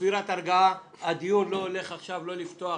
צפירת הרגעה הדיון לא הולך עכשיו לא לפתוח